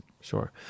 sure